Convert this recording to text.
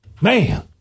Man